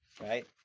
Right